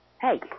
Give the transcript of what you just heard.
hey